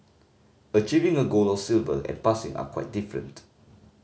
achieving a gold or silver and passing are quite different